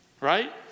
right